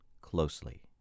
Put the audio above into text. closely